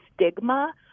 stigma